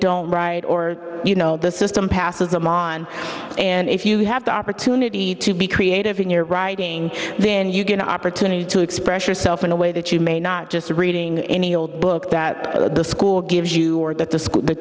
don't write or you know the system passes them on and if you have to opportunity to be creative in your writing then you get an opportunity to express yourself in a way that you may not just of reading any old book that the school gives you or that the school t